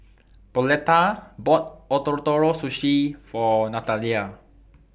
Pauletta bought Ootoro Sushi For Nathalia